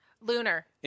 Lunar